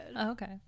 Okay